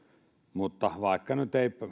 mutta vaikka nyt ei